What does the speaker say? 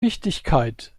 wichtigkeit